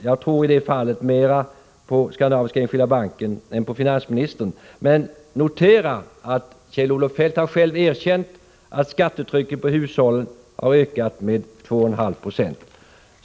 Jag tror i det fallet mer på Skandinaviska Enskilda Banken än på finansministern, men jag noterar att Kjell-Olof Feldt själv har erkänt att skattetrycket på hushållen har ökat med 2,5 96.